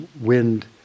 wind